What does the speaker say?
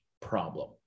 problem